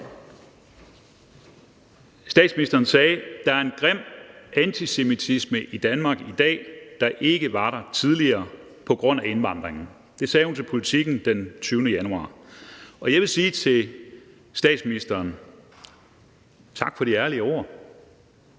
Statsministeren sagde: »Der er en grim antisemitisme i Danmark i dag, der ikke var der tidligere. På grund af indvandringen.« Det sagde hun til Politiken den 20. januar. Jeg vil sige til statsministeren: Tak for de ærlige ord.